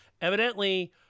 evidently